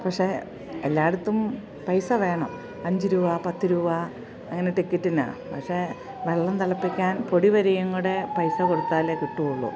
പക്ഷേ എല്ലായിടത്തും പൈസ വേണം അഞ്ചു രൂപ പത്തു രൂപ അങ്ങനെ ടിക്കറ്റിനാണ് പക്ഷേ വെള്ളം തിളപ്പിക്കാൻ പൊടി വരെയും കൂടെ പൈസ കൊടുത്താലേ കിട്ടുകയുളളൂ